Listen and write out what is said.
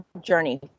journey